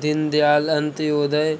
Deendayal Antyodaya